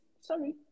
Sorry